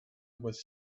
was